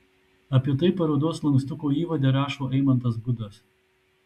apie tai parodos lankstuko įvade rašo eimantas gudas